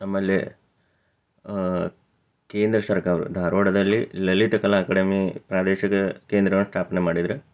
ನಮ್ಮಲ್ಲಿ ಕೇಂದ್ರ ಸರ್ಕಾರ ಧಾರವಾಡದಲ್ಲಿ ಲಲಿತ ಕಲಾ ಅಕಾಡೆಮಿ ಪ್ರಾದೇಶಿಕ ಕೇಂದ್ರ ಸ್ಥಾಪನೆ ಮಾಡಿದ್ರು